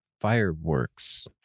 fireworks